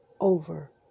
over